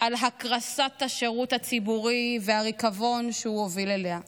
על הקרסת השירות הציבורי והריקבון שהוא הוביל אליהם